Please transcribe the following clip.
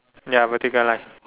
ya vertical line